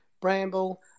Bramble